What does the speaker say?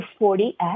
40x